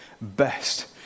best